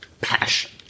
passion